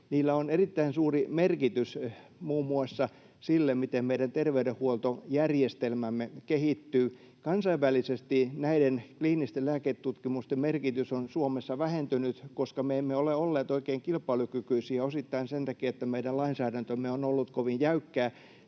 niillä on erittäin suuri merkitys muun muassa sille, miten meidän terveydenhuoltojärjestelmämme kehittyy. Kansainvälisesti näiden kliinisten lääketutkimusten merkitys on Suomessa vähentynyt, koska me emme ole olleet oikein kilpailukykyisiä osittain sen takia, että meidän lainsäädäntömme on ollut kovin jäykkää.